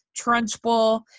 trunchbull